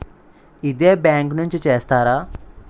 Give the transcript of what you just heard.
ఇదే బ్యాంక్ నుంచి చేస్తారా?